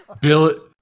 Bill